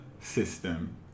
system